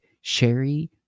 Sherry